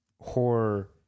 horror